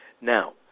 Now